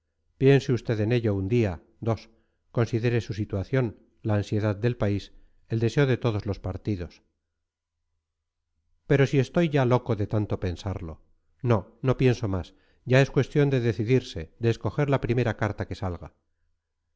piense usted en ello un día dos considere su situación la ansiedad del país el deseo de todos los partidos pero si estoy ya loco de tanto pensarlo no no pienso más ya es cuestión de decidirse de escoger la primera carta que salga